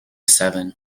seven